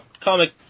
comic